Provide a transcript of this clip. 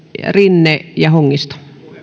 rinne ja hongisto